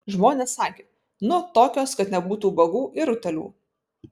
žmonės sakė nu tokios kad nebūtų ubagų ir utėlių